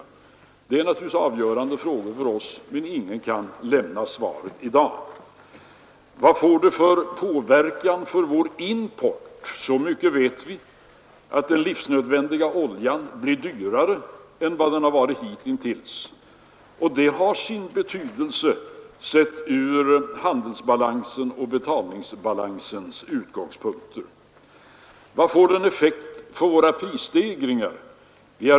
Det är naturligtvis för oss avgörande frågor, men ingen kan lämna svar i dag. Hur påverkar det vår import? Så mycket vet vi att den livsnödvändiga oljan blir dyrare än vad den hittills varit. Det har sin betydelse sett från handelsbalansens och betalningsbalansens utgångspunkter. Vilken effekt får det på våra prisstegringar?